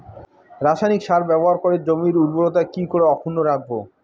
রাসায়নিক সার ব্যবহার করে জমির উর্বরতা কি করে অক্ষুণ্ন রাখবো